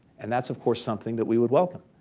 and that's of course something that we would welcome.